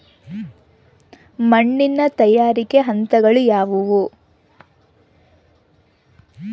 ಮಣ್ಣಿನ ತಯಾರಿಕೆಯ ಹಂತಗಳು ಯಾವುವು?